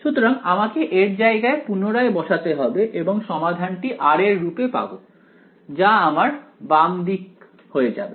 সুতরাং আমাকে এর জায়গায় পুনরায় বসাতে হবে এবং সমাধানটি r এর রূপে পাব যা আমার বাম দিক হয়ে যাবে